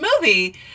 movie